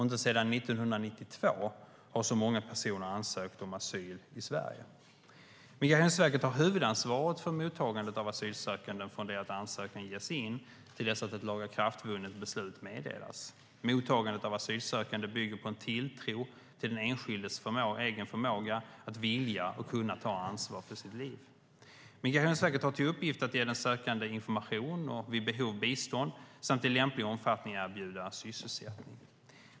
Inte sedan 1992 har så många personer ansökt om asyl i Sverige. Migrationsverket har huvudansvaret för mottagandet av asylsökande från det att ansökan ges in till dess att ett lagakraftvunnet beslut meddelas. Mottagandet av asylsökande bygger på en tilltro till den enskildes egen förmåga att vilja och kunna ta ansvar för sitt liv. Migrationsverket har till uppgift att ge den sökande information och vid behov bistånd samt i lämplig omfattning erbjuda sysselsättning.